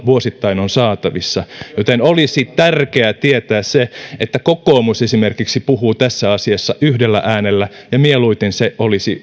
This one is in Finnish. vuosittain on saatavissa joten olisi tärkeää tietää se että esimerkiksi kokoomus puhuu tässä asiassa yhdellä äänellä ja mieluiten se olisi